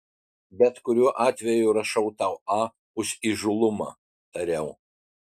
bet kuriuo atveju rašau tau a už įžūlumą tariau